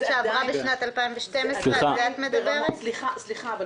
את מדברת על הרפורמה שעברה בשנת 2012?